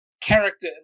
character